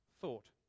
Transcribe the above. thought